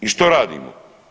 I što radimo?